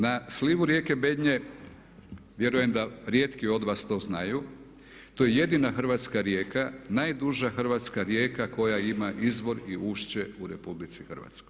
Na slivu rijeke Bednje vjerujem da rijetki od vas to znaju, to je jedina hrvatska rijeka, najduža hrvatska rijeka koja ima izvor i ušće u RH.